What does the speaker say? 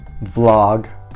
vlog